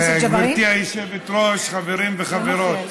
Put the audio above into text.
גברתי היושבת-ראש, חברים וחברות,